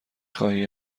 خواهی